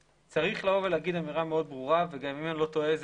צריך לומר אמירה מאוד ברורה ואם אני לא טועה זה